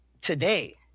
today